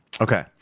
Okay